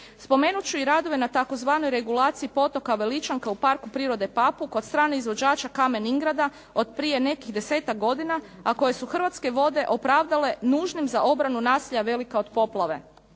Spomenut ću i radove na tzv. regulaciji potoka Veličanka u parku prirode Papuk od strane izvođača Kamen-ingrada od prije nekih desetak godina, a koje su Hrvatske vode opravdale nužnim za obranu naselja Velika od poplave.